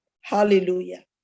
hallelujah